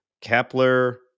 kepler